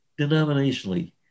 denominationally